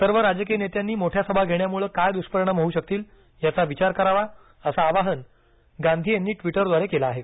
सर्व राजकीय नेत्यांनी मोठ्या सभा घेण्यामुळे काय दुष्परिणाम होऊ शकतील याचा विचार करावा असं आवाहन गांधी यांनी ट्वीटरद्वारे केलं आहे